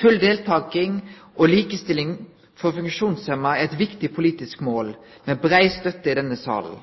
Full deltaking og likestilling for funksjonshemma er eit viktig politisk mål med brei støtte i denne salen.